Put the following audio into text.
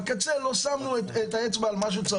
בקצה, לא שמנו את האצבע על מה שצריך.